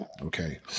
Okay